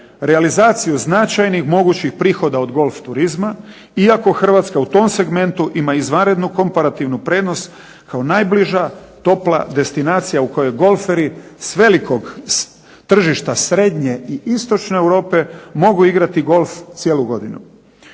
realizaciju značajnih mogućih prihoda od golf turizma iako Hrvatska u tom segmentu ima izvanrednu komparativnu prednost kao najbliža topla destinacija u kojoj golferi s velikog tržišta srednje i istočne Europe mogu igrati golf cijelu godinu.